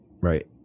Right